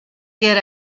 get